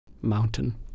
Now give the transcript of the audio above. Mountain